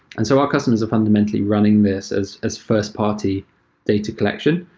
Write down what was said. and so our customers are fundamentally running this as as first party data collection.